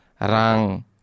rang